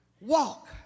walk